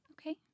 Okay